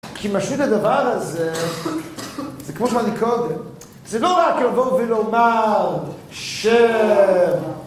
כי משמעות הדבר הזה זה כמו שאמרתי קודם זה לא רק לבוא ולומר ש..